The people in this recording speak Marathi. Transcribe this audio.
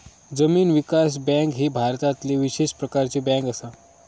जमीन विकास बँक ही भारतातली विशेष प्रकारची बँक असा